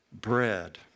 bread